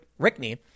Rickney